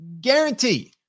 guarantee